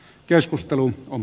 keskustelu on